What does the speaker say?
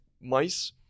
mice